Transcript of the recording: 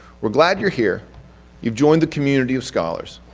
we're glad you're here you've joined the community of scholars,